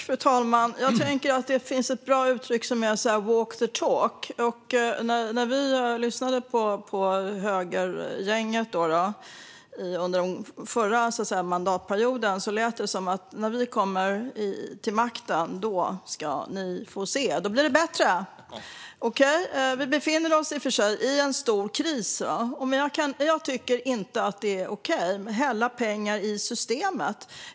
Fru talman! Jag tänker på ett bra uttryck som lyder: Walk the talk. När vi lyssnade på högergänget under den förra mandatperioden lät det så här: När vi kommer till makten, då ska ni få se! Då blir det bättre! Vi befinner oss i och för sig i en stor kris, men jag tycker inte att det är okej att prata om att hälla pengar i systemet.